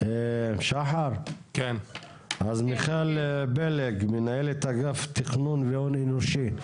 אז מיכל פלג, מנהלת אגף תכנון והון אנושי.